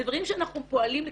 זה דברים שאנחנו פועלים לכיוון.